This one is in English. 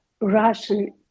Russian